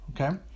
okay